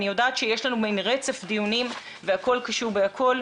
אני יודעת שיש לנו מין רצף דיונים והכול קשור בכול.